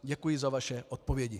Děkuji za vaše odpovědi.